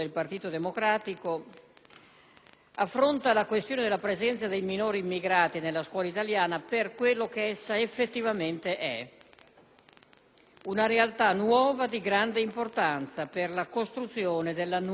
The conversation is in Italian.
affronta la questione della presenza dei minori immigrati nella scuola italiana per quello che essa effettivamente è, ossia una realtà nuova, di grande importanza per la costruzione della nuova società italiana.